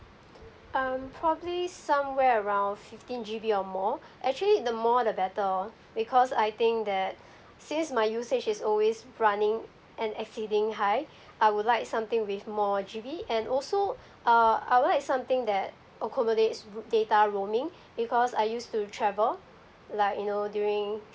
um probably somewhere around fifteen G_B or more actually the more the better orh because I think that since my usage is always running and exceeding high I would like something with more G_B and also uh I would like something that accommodates r~ data roaming because I used to travel like you know during